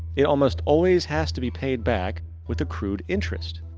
it almost always has to be payed back with a crude interest.